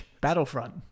Battlefront